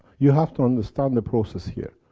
you have to understand the process here.